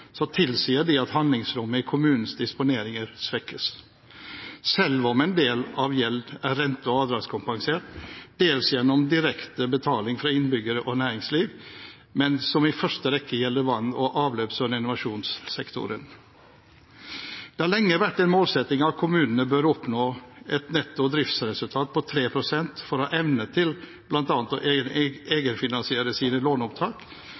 tilsier det at handlingsrommet i kommunenes disponeringer svekkes, selv om en del gjeld er rente- og avdragskompensert dels gjennom direkte betaling fra innbyggere og næringsliv, men som i første rekke gjelder vann-, avløps- og renovasjonssektoren. Det har lenge vært en målsetting at kommunene bør oppnå et netto driftsresultat på 3 pst. for å ha evne til bl.a. å egenfinansiere sine